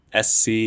sc